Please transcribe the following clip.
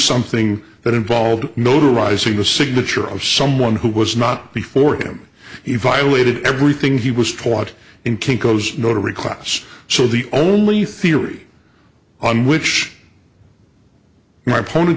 something that involved notarizing the signature of someone who was not before him he violated everything he was taught in kinko's notary class so the only theory on which my oppon